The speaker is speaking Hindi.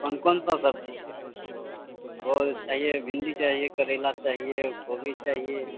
कौन कौन सी सब्ज़ी है वह चाहिए भिंडी चाहिए करेला चाहिए और गोभी चाहिए